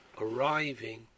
arriving